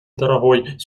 дорогой